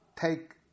take